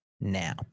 now